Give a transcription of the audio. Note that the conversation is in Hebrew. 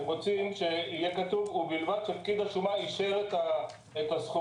הם רוצים שיהיה כתוב 'ובלבד שפקיד השומה אישר את הסכום',